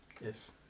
Yes